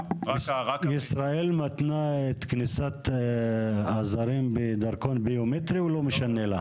ישראל מתנה את כניסת הזרים בדרכון ביומטרי או לא משנה לה?